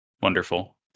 Wonderful